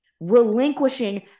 relinquishing